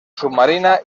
submarina